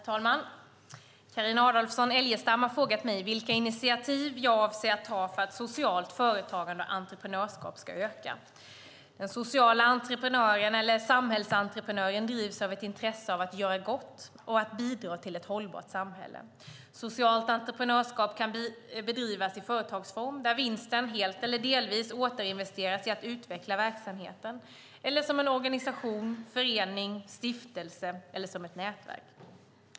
Herr talman! Carina Adolfsson Elgestam har frågat mig vilka initiativ jag avser att ta för att socialt företagande och entreprenörskap ska öka. Den sociala entreprenören, eller samhällsentreprenören, drivs av ett intresse av att göra gott och att bidra till ett hållbart samhälle. Socialt entreprenörskap kan bedrivas i företagsform, där vinsten helt eller delvis återinvesteras i att utveckla verksamheten, eller som en organisation, förening, stiftelse eller ett nätverk.